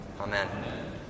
amen